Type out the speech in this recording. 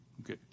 Okay